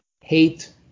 hate